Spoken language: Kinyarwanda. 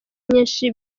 nyinshi